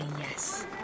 yes